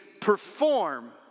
perform